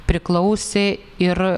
priklausė ir